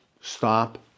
stop